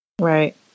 Right